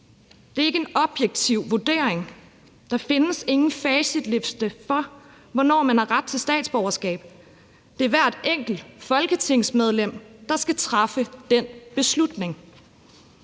Det er ikke en objektiv vurdering. Der findes ingen facitliste for, hvornår man har ret til statsborgerskab. Det er hvert enkelt folketingsmedlem, der skal træffe den beslutning.